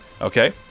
Okay